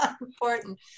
important